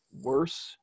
worse